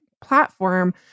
platform